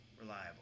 reliable